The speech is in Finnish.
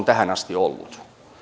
tähän asti olleet